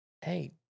Hey